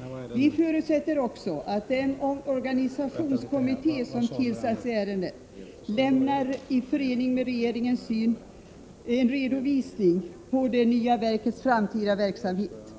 111 Vi förutsätter också att den organisationskommitté som har tillsatts i ärendet lämnar en redovisning, i förening med regeringens syn, av det nya verkets framtida verksamhet.